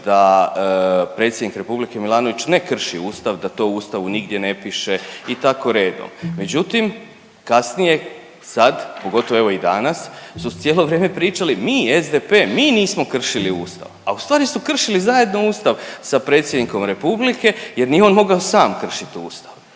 da predsjednik Republike Milanović da ne krši Ustav, da to u Ustavu nigdje ne piše i tako redom, međutim kasnije, sad, pogotovo evo i danas su cijelo vrijeme pričali mi SDP, mi nismo kršili Ustav, a ustvari su kršili zajedno Ustav sa predsjednikom Republike jer nije on mogao sam kršit Ustav.